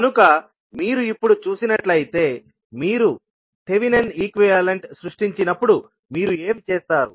కనుక మీరు ఇప్పుడు చూసినట్లయితే మీరు థెవెనిన్ ఈక్వివాలెంట్ సృష్టించినప్పుడు మీరు ఏమి చేస్తారు